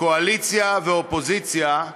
קואליציה ואופוזיציה,